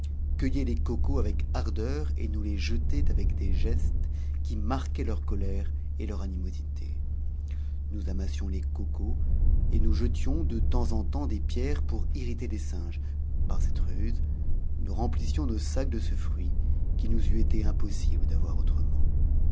cueillaient les cocos avec ardeur et nous les jetaient avec des gestes qui marquaient leur colère et leur animosité nous amassions les cocos et nous jetions de temps en temps des pierres pour irriter les singes par cette ruse nous remplissions nos sacs de ce fruit qu'il nous eût été impossible d'avoir autrement